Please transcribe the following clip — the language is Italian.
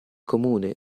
comune